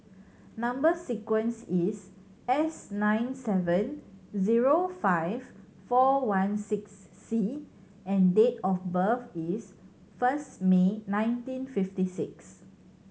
number sequence is S nine seven zero five four one six C and date of birth is first May nineteen fifty six